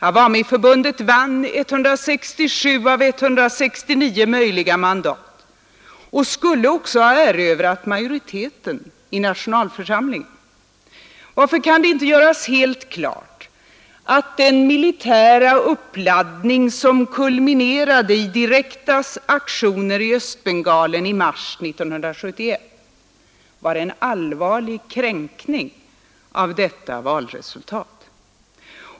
Awamiförbundet vann 167 av 169 möjliga mandat och skulle också ha erövrat majoriteten i nationalförsamlingen, Varför kan det inte göras helt klart, att den militära uppladdning som kulminerade i direkta aktioner i Östbengalen i mars 1971 var en allvarlig kränkning av detta valresultat?